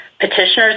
Petitioners